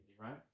right